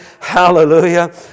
Hallelujah